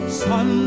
sun